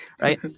right